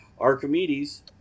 Archimedes